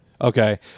okay